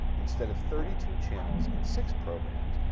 instead of thirty two channels and six programs,